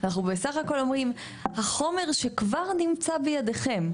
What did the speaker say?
אנחנו בסך הכל אומרים החומר שכבר נמצא בידיכם,